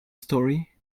story